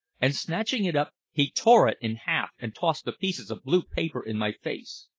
and snatching it up he tore it in half and tossed the pieces of blue paper in my face.